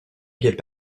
get